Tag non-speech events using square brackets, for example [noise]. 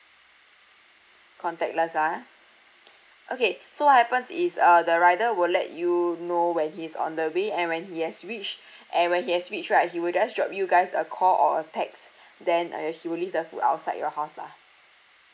contactless ah [breath] okay so what happen is uh the rider will let you know when he's on the way and when he has reached [breath] and when he has reached right he will just drop you guys a call or a text [breath] then uh he will leave the food outside your house lah